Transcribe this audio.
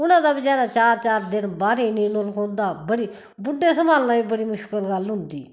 उनै तां बचैरैं चार चार दिन बाह्रे नि नकलोंदा बड़ी बुड्डे संभालना बी बड़ी मुशकल गल्ल होंदी